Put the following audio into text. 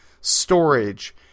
storage